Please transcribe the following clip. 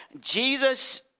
Jesus